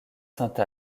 sainte